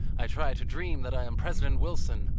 i try to dream that i am president wilson,